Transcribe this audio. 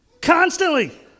Constantly